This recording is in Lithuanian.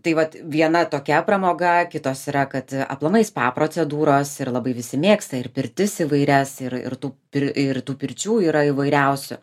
tai vat viena tokia pramoga kitos yra kad aplamai spa procedūros ir labai visi mėgsta ir pirtis įvairias ir ir tų ir ir tų pirčių yra įvairiausių